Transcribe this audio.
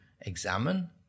examine